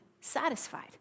satisfied